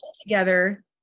together